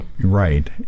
right